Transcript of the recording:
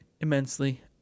immensely